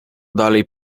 dalej